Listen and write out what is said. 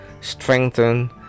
strengthen